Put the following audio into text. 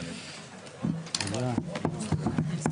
הישיבה ננעלה בשעה 12:50.